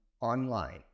online